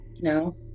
No